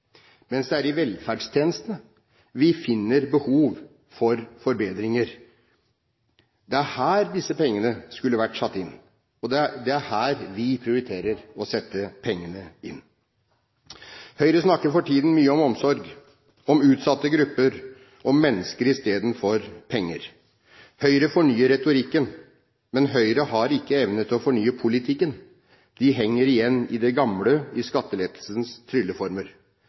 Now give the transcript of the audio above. mens det er i velferdstjenestene vi finner behov for forbedringer. Det er her disse pengene skulle vært satt inn. Det er her vi prioriterer å sette pengene inn. Høyre snakker for tiden mye om omsorg, om utsatte grupper, om mennesker istedenfor penger. Høyre fornyer retorikken, men Høyre har ikke evne til å fornye politikken. De henger igjen i det gamle, i skattelettelsens